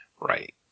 Right